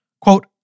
Quote